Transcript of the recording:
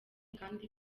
kandi